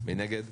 מי נגד?